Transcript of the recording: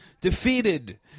defeated